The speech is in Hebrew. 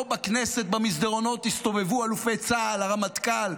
פה בכנסת, במסדרונות, הסתובב אלופי צה"ל, הרמטכ"ל,